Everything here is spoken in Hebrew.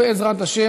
בעזרת השם,